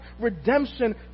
redemption